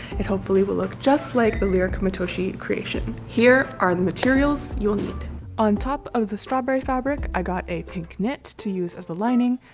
it hopefully will look just like the lirika matoshi creation. here are the materials you'll need on top of the strawberry fabric, i got a pink knit to use as a lining,